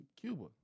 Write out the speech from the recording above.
Cuba